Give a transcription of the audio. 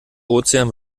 ozean